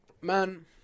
Man